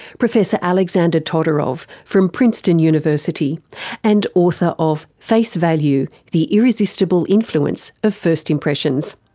professor alexander todorov from princeton university and author of face value the irresistible influence of first impressions.